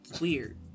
Weird